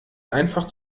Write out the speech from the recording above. einfach